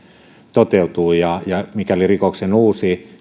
toteutuu ja ja mikäli rikoksen uusii